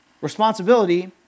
responsibility